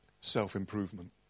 self-improvement